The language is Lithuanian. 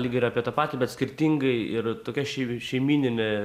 lyg ir apie tą patį bet skirtingai ir tokia šei šeimyninė